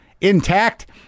intact